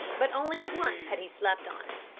but only once had he slept on it.